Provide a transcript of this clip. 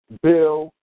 Bill